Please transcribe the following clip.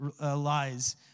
lies